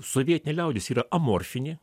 sovietinė liaudis yra amorfinė